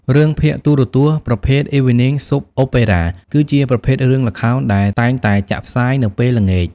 រឿងភាគទូរទស្សន៍ប្រភេទ Evening Soap Opera គឺជាប្រភេទរឿងល្ខោនដែលតែងតែចាក់ផ្សាយនៅពេលល្ងាច។